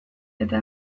eta